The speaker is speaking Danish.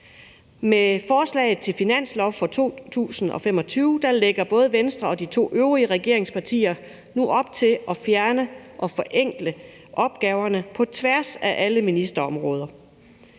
Med forslaget til finanslov for 2025 lægger både Venstre og de to øvrige regeringspartier nu op til at fjerne og forenkle opgaverne på tværs af alle ministerområder.